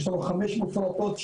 יש לנו חמש מפורטות,